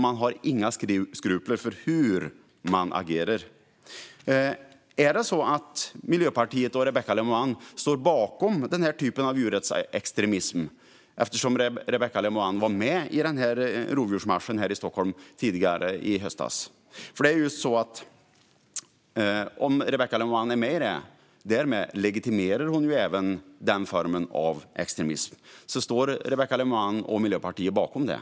Man har inga skrupler för hur man agerar. Är det så att Miljöpartiet och Rebecka Le Moine står bakom den typen av djurrättsextremism eftersom Rebecka Le Moine var med i rovdjursmarschen i Stockholm tidigare i höstas? Om Rebecka Le Moine är med legitimerar hon därmed även den formen av extremism. Står Rebecka Le Moine och Miljöpartiet bakom den?